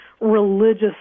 religious